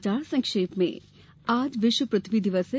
समाचार संक्षेप में आज विश्व पृथ्वी दिवस है